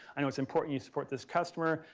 i know it's important you support this customer.